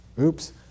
oops